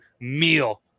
meal